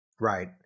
Right